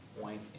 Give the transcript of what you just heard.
point